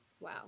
wow